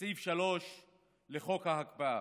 בסעיף 3 לחוק ההקפאה.